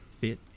fit